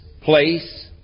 place